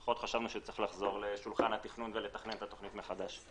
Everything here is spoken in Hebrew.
פחות חשבנו שצריך לחזור לשולחן התכנון ולתכנן את התכנית מחדש.